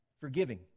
forgiving